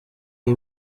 iyi